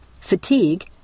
fatigue